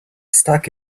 stuck